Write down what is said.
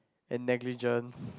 and negligence